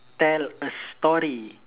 tell a story